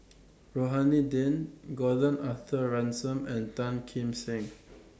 Rohani Din Gordon Arthur Ransome and Tan Kim Seng